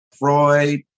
Freud